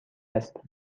است